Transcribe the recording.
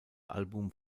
album